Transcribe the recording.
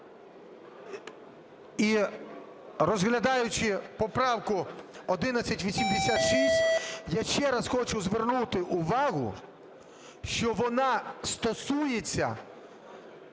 І розглядаючи поправку 1186, я ще раз хочу звернути увагу, що вона стосується